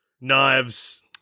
Knives